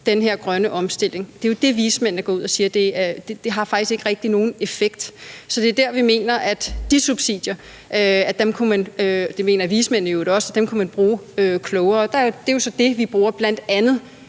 den her grønne omstilling, jo er det, vismændene går ud og siger faktisk ikke rigtig har nogen effekt. Så det er der, vi mener, at de subsidier – det mener vismændene i øvrigt også – kunne man bruge klogere. Det er jo så det, vi bruger til bl.a. at